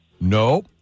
No